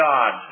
God